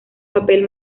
papel